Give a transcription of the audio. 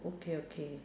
okay okay